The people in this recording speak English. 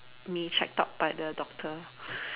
me checked out by the doctor